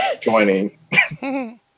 joining